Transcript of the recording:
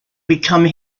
become